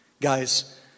Guys